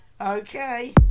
okay